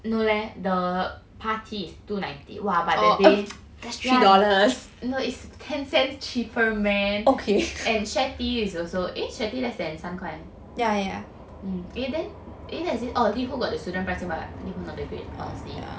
no leh the Partea is two ninety !wah! but that day no it's ten cents cheaper man and Sharetea is also eh Sharetea less than 三块 eh then eh that Liho got the student price but Liho not that great honestly